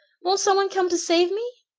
won't someone come to save me?